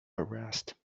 arrest